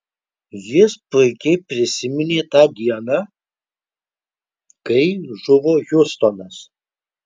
jis puikiai prisiminė tą dieną kai žuvo hiustonas